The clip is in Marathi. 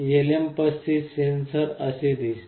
LM35 सेन्सर असे दिसते